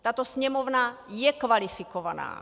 Tato Sněmovna je kvalifikovaná.